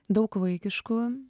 daug vaikiškų